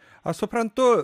aš suprantu